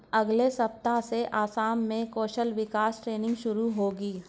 अगले सप्ताह से असम में कौशल विकास ट्रेनिंग शुरू होगी